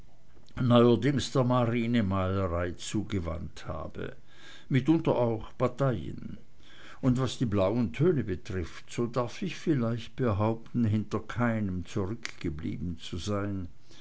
neuerdings der marinemalerei zugewandt habe mitunter auch bataillen und was die blauen töne betrifft so darf ich vielleicht behaupten hinter keinem zurückgeblieben zu sein